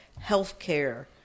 healthcare